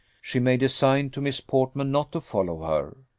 she made a sign to miss portman not to follow her.